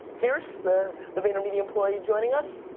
pierce the the vanyermedia employee joining us.